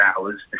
hours